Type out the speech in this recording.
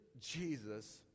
jesus